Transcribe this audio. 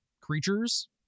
creatures